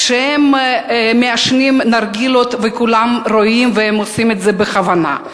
כשהם מעשנים נרגילות וכולם רואים והם עושים את זה בכוונה,